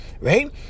right